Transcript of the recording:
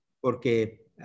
porque